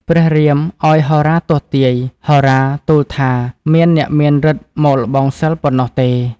ព្រះរាមឱ្យហោរាទស្សន៍ទាយ ហោរាទស្សន៍ទូលថា មានអ្នកមានឫទ្ធិមកល្បងសិល្ប៍ប៉ុណ្ណោះទេ។